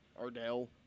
Ardell